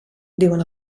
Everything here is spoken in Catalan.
diuen